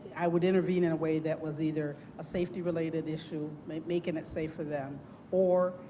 i would intervene in a way that was either a safety related issue, making it safe for them or